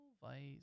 Vice